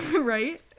Right